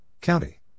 County